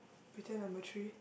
pretend number three